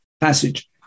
passage